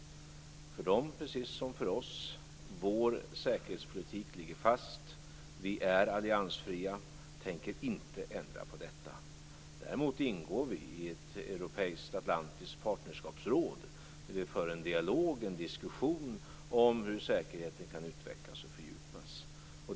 För dem, precis som för oss, ligger säkerhetspolitiken fast. Vi är alliansfria och tänker inte ändra på detta. Däremot ingår vi i ett europeiskt atlantiskt partnerskapsråd, där vi för en dialog, en diskussion, om hur säkerheten kan utvecklas och fördjupas.